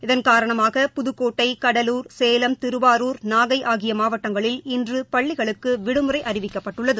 இதன் காரணமாக புதுக்கோட்டை கடலூர் சேலம் திருவாரூர் நாகை ஆகிய மாவட்டங்களில் இன்று பள்ளிகளுக்கு விடுமுறை அறிவிக்கப்பட்டுள்ளது